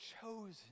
chosen